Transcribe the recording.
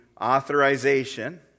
authorization